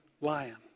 lion